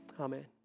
Amen